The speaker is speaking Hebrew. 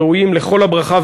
ראויים לכל הברכה.